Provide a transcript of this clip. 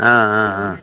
ஆ ஆ ஆ